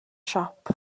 siop